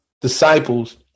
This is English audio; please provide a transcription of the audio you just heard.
disciples